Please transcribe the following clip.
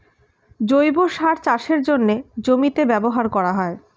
জৈব সার চাষের জন্যে জমিতে ব্যবহার করা হয়